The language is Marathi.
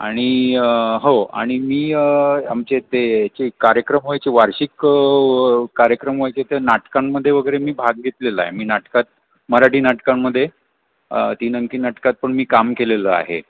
आणि हो आणि मी आमच्या ते ह्याचे कार्यक्रम व्हायचे वार्षिक कार्यक्रम व्हायचे ते नाटकांमध्ये वगैरे मी भाग घेतलेला आहे मी नाटकात मराठी नाटकांमध्ये तीन अंकी नाटकात पण मी काम केलेलं आहे